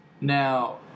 now